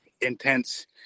intense